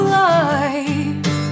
life